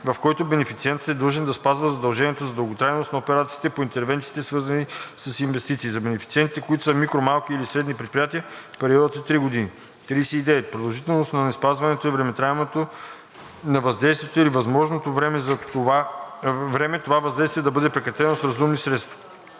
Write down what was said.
в който бенефициентът е длъжен да спазва задължението за дълготрайност на операциите по интервенциите, свързани с инвестиции. За бенефициенти, които са микро-, малки или средни предприятия, периодът е три години. 39. „Продължителност на неспазването“ е времетраенето на въздействието или възможното време това въздействие да бъде прекратено с разумни средства.